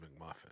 McMuffin